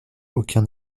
aucun